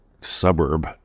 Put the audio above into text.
suburb